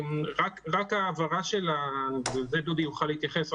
רק ההעברה של הפיקוח,